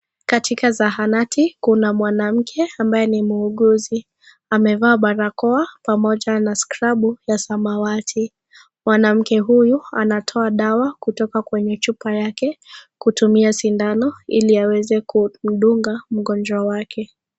Katika sahanati kuna mwanamke ambaye ni muuguzi ,amevaa barakoa pamoja na Scrabu ya samawati . Mwanamke huyu anatoa dawa kutoka kwnenye chupa yake kutumia sindano ili aweze kumdunga mgonjwa wake.